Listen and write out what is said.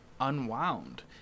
unwound